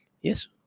Yes